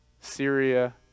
Syria